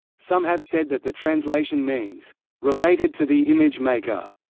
some have said that the translation means related to the image-maker,